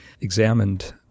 examined